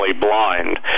blind